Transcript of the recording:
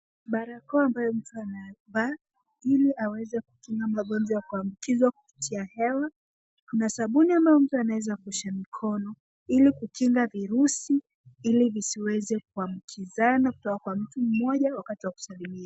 Barakoa ambayo mtu anavaa ili aweze kukinga magonjwa ya kuambukizwa kupitia hewa. Kuna sabuni ambayo mtu anaweza kuosha mikono ili kukinga virusi ili visiweze kuambukizana kutoka kwa mtu mmoja wakati wa kujadiliana .